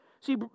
See